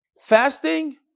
Fasting